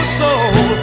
soul